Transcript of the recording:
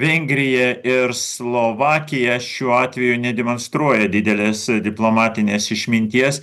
vengrija ir slovakija šiuo atveju nedemonstruoja didelės diplomatinės išminties